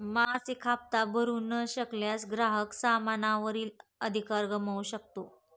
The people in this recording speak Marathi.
मासिक हप्ता भरू न शकल्यास, ग्राहक सामाना वरील अधिकार गमावू शकतो